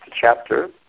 chapter